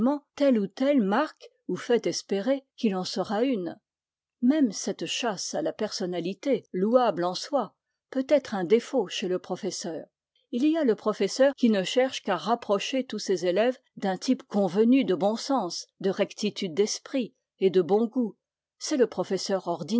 tel ou tel marque ou fait espérer qu'il en sera une même cette chasse à la personnalité louable en soi peut être un défaut chez le professeur il y a le professeur qui ne cherche qu'à rapprocher tous ses élèves d'un type convenu de bon sens de rectitude d'esprit et de bon goût c'est le professeur